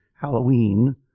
Halloween